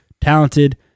talented